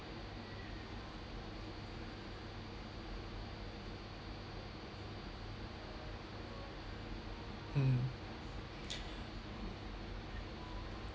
mm